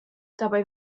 dabei